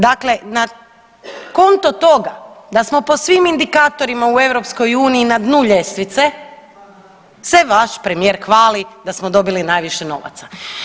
Dakle, na konto toga da smo po svim indikatorima u EU na dnu ljestvice se vaš premijer hvali da smo dobili najviše novaca.